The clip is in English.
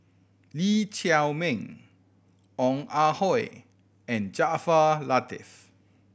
Lee Chiaw Meng Ong Ah Hoi and Jaafar Latiff